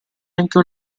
anche